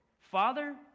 Father